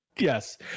Yes